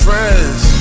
Friends